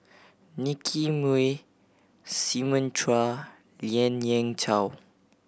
Nicky Moey Simon Chua Lien Ying Chow